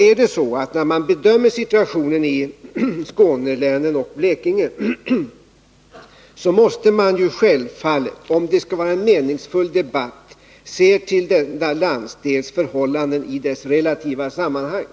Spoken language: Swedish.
Men när man bedömer situationen i Skånelänen och Blekinge måste man självfallet, om det skall bli en meningsfull debatt, se till denna landsdels förhållanden i deras relativa sammanhang.